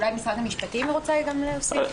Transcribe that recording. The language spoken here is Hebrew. אולי משרד המשפטים רוצה להוסיף?